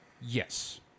Yes